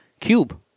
Cube